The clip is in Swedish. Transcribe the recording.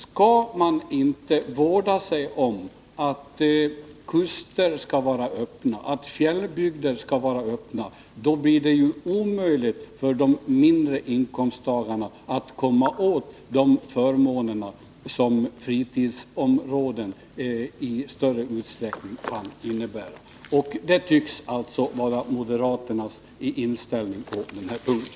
Skall man inte vårda sig om att kuster och fjällbygder hålls öppna, då blir det omöjligt för de mindre inkomsttagarna att komma åt de förmåner som sådana fritidsområden i större utsträckning än andra kan innebära. Att man inte skall göra det tycks alltså vara den moderata inställningen på den här punkten.